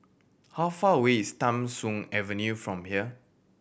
how far away is Tham Soong Avenue from here